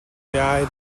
яая